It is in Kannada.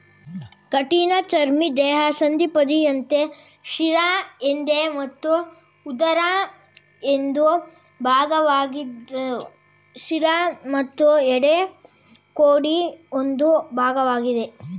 ಕಠಿಣಚರ್ಮಿ ದೇಹ ಸಂಧಿಪದಿಯಂತೆ ಶಿರ ಎದೆ ಮತ್ತು ಉದರ ಎಂದು ಭಾಗವಾಗಿದ್ರು ಶಿರ ಮತ್ತು ಎದೆ ಕೂಡಿ ಒಂದೇ ಭಾಗವಾಗಿದೆ